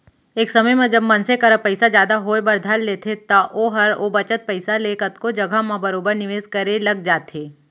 एक समे म जब मनसे करा पइसा जादा होय बर धर लेथे त ओहर ओ बचत पइसा ले कतको जघा म बरोबर निवेस करे लग जाथे